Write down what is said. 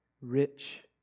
rich